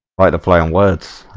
by the plan works